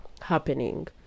happening